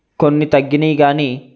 కొన్ని తగ్గినవి కాని